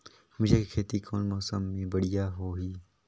मिरचा के खेती कौन मौसम मे बढ़िया होही?